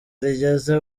rigeze